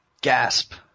Gasp